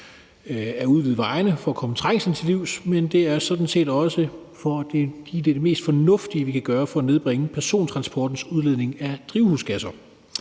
at udvide vejene for at komme trængslen til livs, men det er sådan set også, fordi det er det mest fornuftige, vi kan gøre for at nedbringe persontransportens udledning af drivhusgasser.